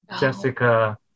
Jessica